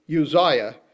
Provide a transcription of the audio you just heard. Uzziah